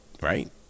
right